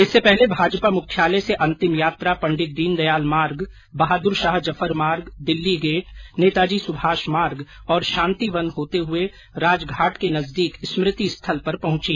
इससे पहले भाजपा मुख्यालय से अंतिम यात्रा पंडित दीनदयाल मार्ग बहादुर शाह जफर मार्ग दिल्ली गेट नेताजी सुभाष मार्ग और शांति वन होते हुए राजघाट के नजदीक स्मृति स्थल पर पहुंची